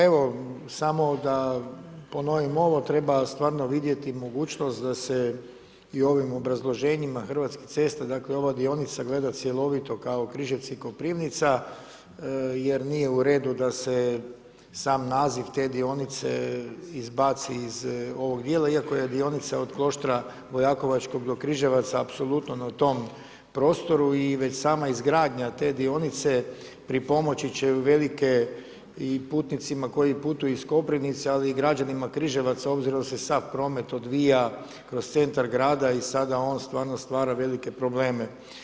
Evo, samo da ponovim ovo, treba stvarno vidjeti mogućnost da se i ovim obrazloženjima hrvatskih cesta, dakle ova dionica gleda cjelovito kao Križevci Koprivnica, jer nije u redu da se sam naziv te dionice izbaci iz dijela, iako je dionica od Kloštra Vojakovačkog do Križevaca apsolutno na tom prostoru i već sama izgradnja te dionice pripomoći će uvelike i putnicima koji putuju iz Koprivnice ali i građanima Križevaca, obzirom da se sav promet odvija kroz centar grada i sada on stvarno stvara velike probleme.